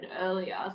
earlier